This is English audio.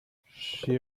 she